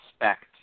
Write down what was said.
expect